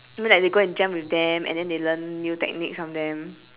I mean like they go and jam with them and then they learn new techniques from them